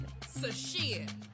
Sashia